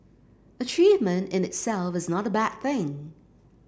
achievement in itself is not a bad thing